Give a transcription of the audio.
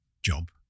Job